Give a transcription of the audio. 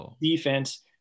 defense